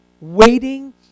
Waiting